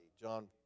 John